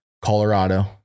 Colorado